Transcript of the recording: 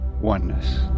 oneness